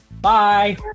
Bye